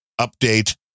update